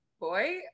boy